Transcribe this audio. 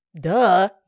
Duh